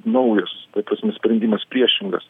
naujas ta prasme sprendimas priešingas